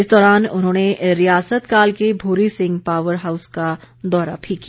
इस दौरान उन्होंने रियासत काल के भूरि सिंह पावर हाउस का दौरा भी किया